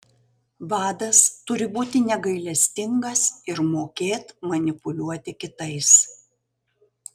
vadas turi būti negailestingas ir mokėt manipuliuoti kitais